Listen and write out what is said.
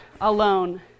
alone